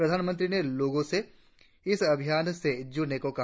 प्रधानमंत्री ने लोगों से इस अभियान से जुड़ने को कहा